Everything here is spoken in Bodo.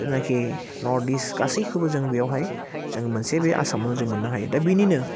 जेनाखि नर्थ इष्ट गासैखौबो जों बेयावहाय जों मोनसे बे आसामावनो जों मोननो हायो दा बेनिनो